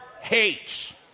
hates